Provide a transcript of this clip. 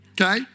Okay